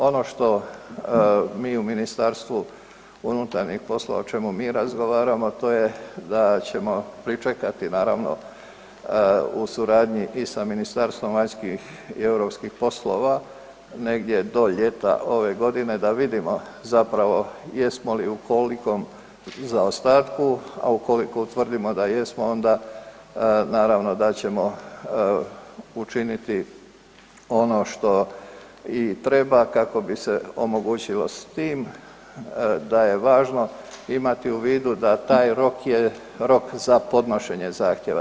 Ono što mi u Ministarstvu unutarnjih poslova, o čemu mi razgovaramo, a to je da ćemo pričekati naravno u suradnji i sa Ministarstvom vanjskih i europskih poslova negdje do ljeta ove godine, da vidimo zapravo jesmo li i u koliko zaostatku, a ukoliko utvrdimo da jesmo, onda naravno da ćemo učiniti ono što i treba, kako bi se omogućilo, s tim da je važno imati u vidu da taj rok je rok za podnošenje zahtjeva.